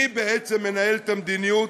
מי בעצם מנהל את המדיניות,